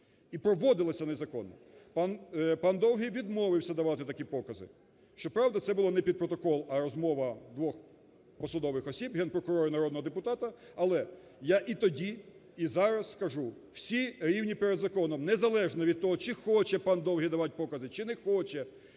і проводилася незаконно. Пан Довгий відмовився давати такі покази, щоправда це було не під протокол, а розмова двох посадових осіб: Генпрокурора і народного депутата. Але я і тоді, і зараз скажу, всі рівні перед законом, незалежно від того, чи хоче пан Довгий давати покази, чи не хоче.